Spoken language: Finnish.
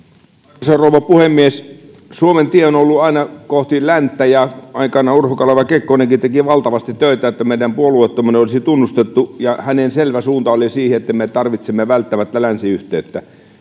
arvoisa rouva puhemies suomen tie on ollut aina kohti länttä ja aikoinaan urho kaleva kekkonenkin teki valtavasti töitä että meidän puolueettomuutemme olisi tunnustettu ja hänen selvä suuntansa oli siihen että me tarvitsemme välttämättä länsiyhteyttä